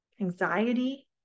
anxiety